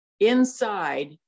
inside